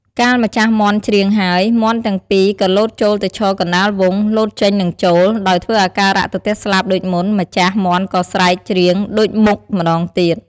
កាលម្ចាស់មាន់ច្រៀងហើយ មាន់ទាំងពីរក៏លោតចូលទៅឈរកណ្តាលវង់ លោតចេញ និងចូល ដោយធ្វើអាការៈទទះស្លាបដូចមុន ម្ចាស់ មាន់ក៏ស្រែក ច្រៀងដូចមុខម្តងទៀត ។